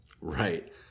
Right